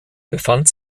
befand